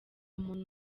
muntu